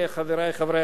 חברי חברי הכנסת,